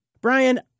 Brian